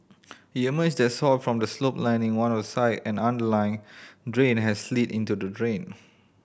it emerged that soil from the slope lining one of side and drain had slid into the drain